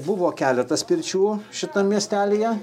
buvo keletas pirčių šitam miestelyje